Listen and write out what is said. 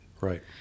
right